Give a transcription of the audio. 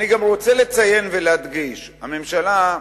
אני גם רוצה לציין ולהדגיש: הממשלה,